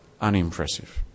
unimpressive